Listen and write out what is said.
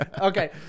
okay